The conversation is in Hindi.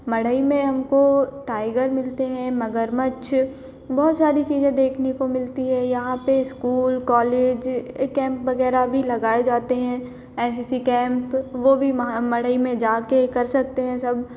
मड़ई में हमको टाइगर मिलते हैं मगरमच्छ बहुत सारी चीज़ें देखने को मिलती हैं यहाँ पर स्कूल कॉलेज ए कैम्प वगैरह भी लगाए जाते हैं ऐसी ऐसी कैम्प वो भी महा मड़ई में जा कर कर सकते हैं सब